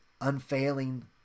Unfailing